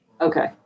Okay